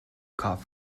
caught